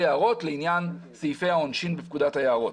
יערות לעניין סעיפי העונשין בפקודת היערות.